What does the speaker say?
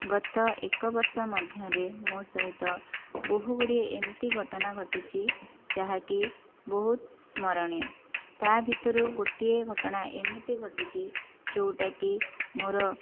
ଗତ ଏକବର୍ଷ ମଧ୍ୟରେ ମୋ' ସହିତ ବହୁଗୁଡ଼ିଏ ଏମିତି ଘଟଣା ଘଟିଛି ଯାହାକି ବହୁତ ସ୍ମରଣୀୟ ତା' ଭିତରୁ ଗୋଟିଏ ଘଟଣା ଏମିତି ଘଟିଛି ଯେଉଁଟାକି ମୋ'ର